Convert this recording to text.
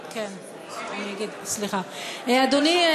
אדוני,